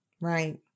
Right